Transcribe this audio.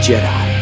Jedi